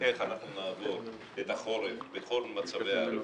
איך נעבור את החורף בכל מצבי הרפואה.